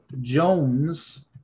Jones